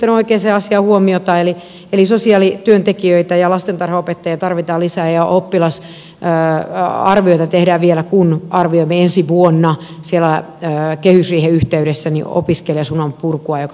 olette kiinnittäneet oikeaan asiaan huomiota eli sosiaalityöntekijöitä ja lastentarhanopettajia tarvitaan lisää ja oppilasarvioita tehdään vielä kun arvioimme ensi vuonna siellä kehysriihen yhteydessä opiskelijasuman purkua joka liittyy sitten korkeakouluopiskelupaikkoihin